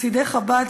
חסידי חב"ד,